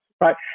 right